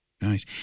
Nice